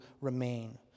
remain